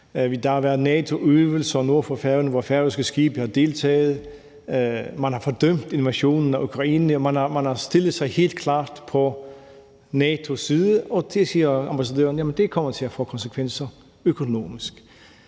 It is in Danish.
Der har været NATO-øvelser nord for Færøerne, hvor færøske skibe har deltaget. Man har fordømt invasionen af Ukraine, og man har stillet sig helt klart på NATO's side, og til det siger ambassadøren: Jamen det kommer til at få konsekvenser økonomisk.